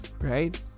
right